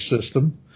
system